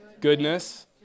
goodness